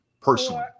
personally